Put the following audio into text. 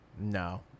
no